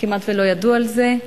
כמעט שלא ידעו על זה,